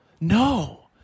no